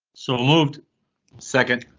so moved second.